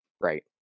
Right